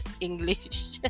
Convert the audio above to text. english